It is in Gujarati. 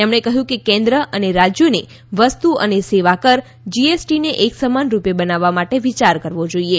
તેમણે કહ્યું કે કેન્દ્ર અને રાજ્યોને વસ્તુ અને સેવા કર જીએસટીને એક સમાન રૂપે બનાવવા માટે વિચાર કરવો જોઇએ